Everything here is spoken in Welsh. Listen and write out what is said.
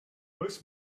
oes